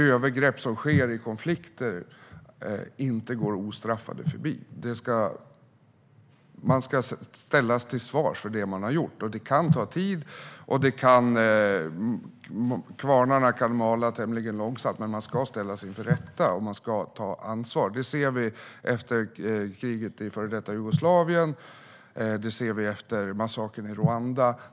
Övergrepp som sker i konflikter ska inte passera ostraffat. Man ska ställas till svars för det man har gjort. Det kan ta tid och kvarnarna kan mala tämligen långsamt, men man ska ställas inför rätta och ta ansvar. Det såg vi efter kriget i före detta Jugoslavien, och det såg vi efter massakern i Rwanda.